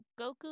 Goku